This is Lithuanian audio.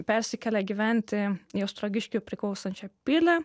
persikėlė gyventi į ostrogiškiui priklausančią pilį